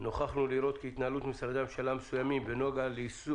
נוכחנו לראות כי התנהלות משרדי הממשלה מסוימים בנוגע